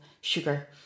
sugar